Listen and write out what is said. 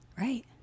Right